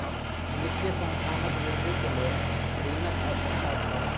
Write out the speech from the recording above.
वित्तीय संस्थानक वृद्धि के लेल ऋणक आवश्यकता छल